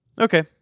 Okay